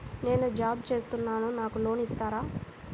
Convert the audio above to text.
నేను జాబ్ చేస్తున్నాను నాకు లోన్ ఇస్తారా?